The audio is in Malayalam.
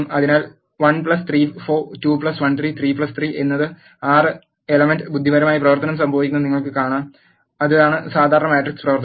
അതിനാൽ 1 3 4 2 1 3 3 3 എന്നത് 6 എലമെന്റ് ബുദ്ധിപരമായ പ്രവർത്തനം സംഭവിക്കുന്നത് നിങ്ങൾ കാണും അതാണ് സാധാരണ മാട്രിക്സ് പ്രവർത്തനവും